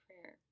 prayer